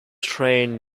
trained